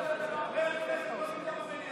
חברי הכנסת,